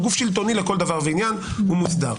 הוא גוף שלטוני לכל דבר ועניין, הוא מוסדר.